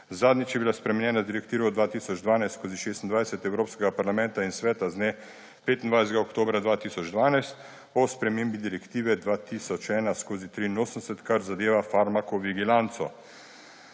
Zadnjič je bila spremenjena direktiva 2012/26 Evropskega parlamenta in Sveta z dne 25. oktobra 2012 o spremembi Direktive 2001/83, kar zadeva farmakovigilanco.